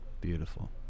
Beautiful